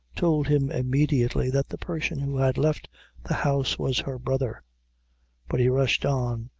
told him immediately that the person who had left the house was her brother but he rushed on,